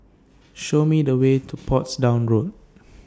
Show Me The Way to Portsdown Road